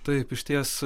taip išties